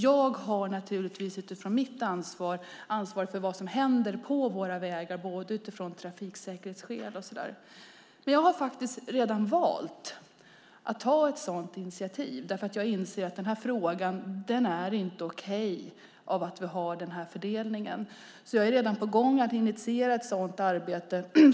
Jag har naturligtvis ansvaret för vad som händer på våra vägar utifrån trafiksäkerhetsskäl och sådant. Jag har faktiskt redan valt att ta ett sådant initiativ, för jag inser att det i denna fråga inte är okej att vi har denna fördelning. Jag är alltså redan på gång med att initiera ett sådant arbete.